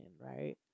right